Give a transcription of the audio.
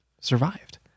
survived